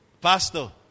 pastor